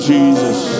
Jesus